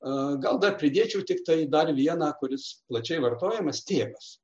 gal dar pridėčiau tiktai dar vieną kuris plačiai vartojamas tėvas